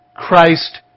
Christ